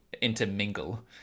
intermingle